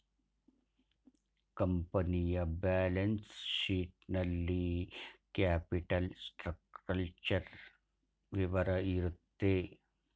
ಕಂಪನಿಯ balance sheet ನಲ್ಲಿ capital structural ವಿವರ ಇರುತ್ತೆ